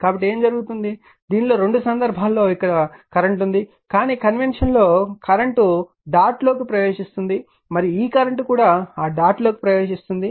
కాబట్టి ఏమి జరుగుతుంది దీనిలో రెండు సందర్భాల్లో కరెంట్ ఇక్కడ ఉంది కానీ కన్వెన్షన్ లో కరెంట్ డాట్ లోకి ప్రవేశిస్తోంది మరియు ఈ కరెంట్ కూడా ఆ డాట్ లోకి ప్రవేశిస్తుంది